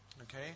Okay